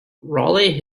raleigh